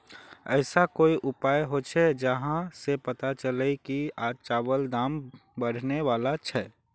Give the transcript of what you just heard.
ऐसा कोई उपाय होचे जहा से पता चले की आज चावल दाम बढ़ने बला छे?